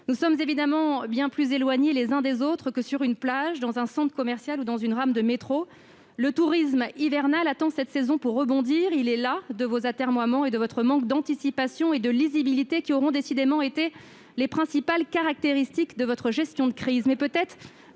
on reste évidemment bien plus éloigné des autres que sur une plage, dans un centre commercial ou dans une rame de métro. Les acteurs du tourisme hivernal comptent sur cette saison pour rebondir. Ils sont las de vos atermoiements et de votre manque d'anticipation et de lisibilité- ce sont décidément les éléments caractéristiques de votre gestion de crise.